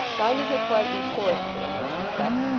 finding her quite incorrigible in this respect,